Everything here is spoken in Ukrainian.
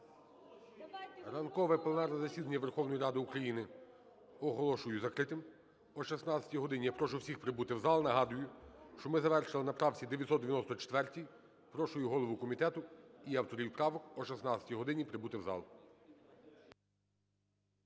ранкове пленарне засідання Верховної Ради України оголошую закритим. О 16 годині я прошу всіх прибути в зал. Нагадую, що ми завершили на правці 994. Прошу і голову комітету, і авторів правок о 16 годині прибути в зал.